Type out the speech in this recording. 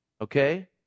Okay